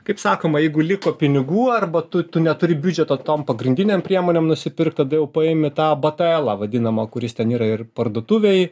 kaip sakoma jeigu liko pinigų arba tu tu neturi biudžeto tom pagrindinėm priemonėm nusipirkt tada jau paemi tą bataelą vadinamą kuris ten yra ir parduotuvėj